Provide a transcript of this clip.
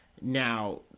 Now